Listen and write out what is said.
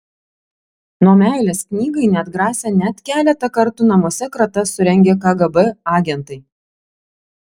nuo meilės knygai neatgrasė net keletą kartų namuose kratas surengę kgb agentai